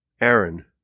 Aaron